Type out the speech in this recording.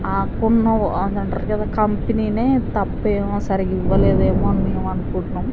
కొమ్మ అది అంటారు కదా కంపెనీనే తప్పేమో సరిగ్గా ఇవ్వలేదేమో లేదేమో అని మేము అనుకుంటున్నాము